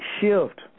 shift